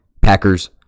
Packers